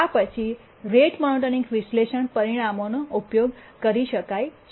આ પછી rate monotonic વિશ્લેષણ પરિણામોનો ઉપયોગ કરી શકાય છે